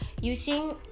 using